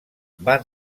van